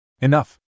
Enough